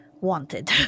wanted